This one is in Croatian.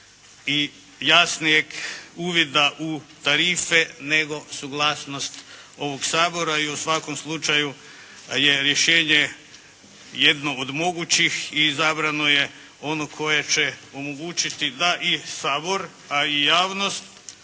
i jasnijeg uvida u tarife nego suglasnost ovog Sabora i u svakom slučaju je rješenje jednog od mogućih i izabrano je ono koje će omogućiti da i Sabor a i javnost